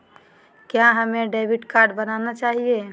क्या हमें debit card बनाना चाहिए?